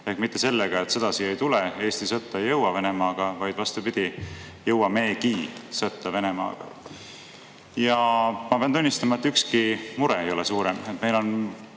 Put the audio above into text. ehk mitte sellega, et sõda siia ei tule, et Eesti ei jõua sõtta Venemaaga, vaid vastupidi, me jõuamegi sõtta Venemaaga. Ja ma pean tunnistama, et ükski mure ei ole suurem.